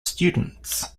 students